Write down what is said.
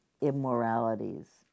immoralities